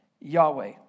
Yahweh